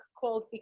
called